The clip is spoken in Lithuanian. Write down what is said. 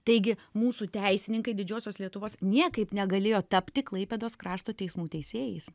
taigi mūsų teisininkai didžiosios lietuvos niekaip negalėjo tapti klaipėdos krašto teismų teisėjais